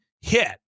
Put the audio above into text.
hit